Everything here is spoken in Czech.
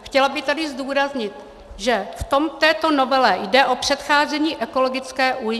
Chtěla bych tady zdůraznit, že v této novele jde o předcházení ekologické újmě.